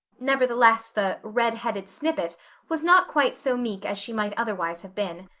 nevertheless, the redheaded snippet was not quite so meek as she might otherwise have been.